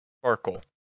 Sparkle